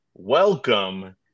Welcome